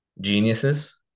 geniuses